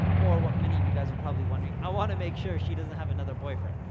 or what many of you guys are probably wondering, i wanna make sure she doesn't have another boyfriend.